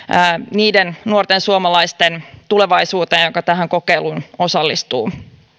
niiden nuorten suomalaisten tulevaisuuteen jotka tähän kokeiluun osallistuvat